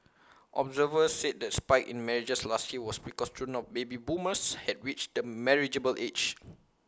observers said the spike in marriages last year was because children of baby boomers had reached marriageable age